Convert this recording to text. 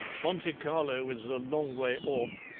monte carlo is a long way off,